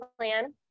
plan